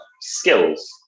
skills